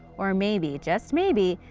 or maybe, just maybe,